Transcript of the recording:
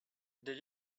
did